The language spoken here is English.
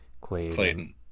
Clayton